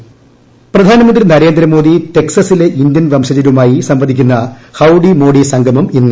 പ്രധാനമന്ത്രി പ്രധാനമന്ത്രി Narendra Modi ടെക്സസിലെ Indian വംശജരുമായി സംവദിക്കുന്ന howdy Modi സംഗമം ഇന്ന്